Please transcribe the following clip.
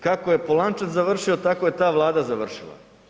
Kako je Polančec završio, tako je ta Vlada završila.